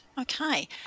Okay